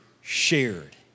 shared